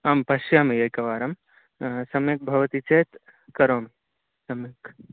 आं पश्यामि एकवारं सम्यक् भवति चेत् करोमि सम्यक्